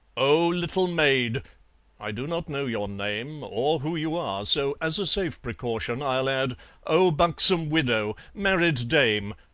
oh! little maid i do not know your name or who you are, so, as a safe precaution i'll add oh, buxom widow! married dame!